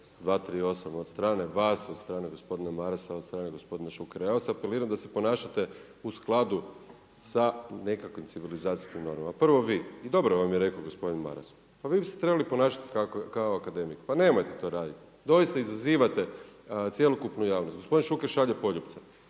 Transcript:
238. od strane vas, od strane gospodina Marasa, od strane gospodina Šukera. Ja vas apeliram da se ponašate u skladu sa nekakvim civilizacijskim normama. Prvo vi, dobro vam je rekao gospodin Maras. Pa vi biste se trebali ponašati kao akademik, pa nemojte to raditi. Doista izazivate cjelokupnu javnost. Gospodin Šuker šalje poljupce,